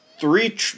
three